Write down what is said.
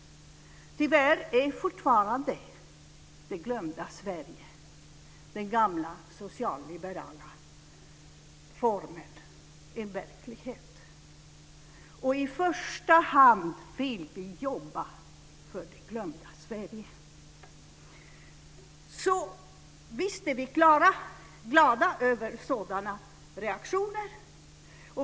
Tyvärr är fortfarande det glömda Sverige - den gamla socialliberala formeln - en verklighet. I första hand vill vi jobba för det glömda Sverige. Så visst är vi glada över sådana här reaktioner.